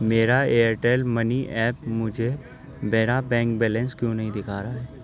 میرا Airtel money app مجھے میرا بینک بیلنس کیوں نہیں دکھا رہا ہے